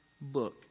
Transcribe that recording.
book